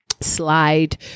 slide